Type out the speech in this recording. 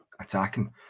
attacking